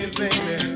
baby